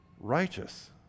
righteous